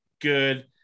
good